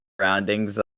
surroundings